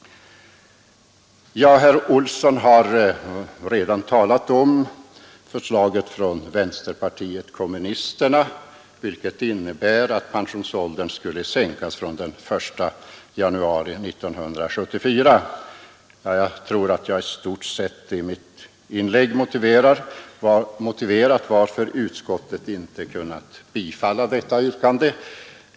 Herr Olsson i Stockholm har redan talat om förslaget från vänsterpartiet kommunisterna, vilket innebär att pensionsåldern skulle sänkas från den 1 januari 1974. Jag tror att jag i mitt inlägg i stort sett motiverat varför utskottet inte kunnat bifalla detta yrkande.